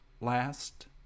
last